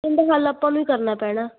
ਇਹਦਾ ਹੱਲ ਆਪਾਂ ਨੂੰ ਹੀ ਕਰਨਾ ਪੈਣਾ